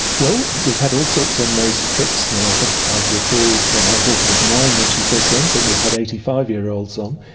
well, we've had all sorts on those trips. and and i think i've recalled when my daughter was nine when she first went and we've had eighty five year olds on.